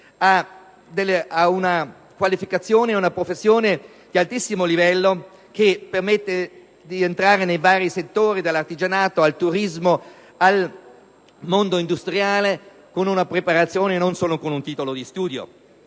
a una qualificazione e a una professionalità di altissimo livello, che permettono di entrare nei vari settori, dall'artigianato, al turismo, al mondo industriale, disponendo di una preparazione e non solo di un titolo di studio.